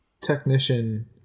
technician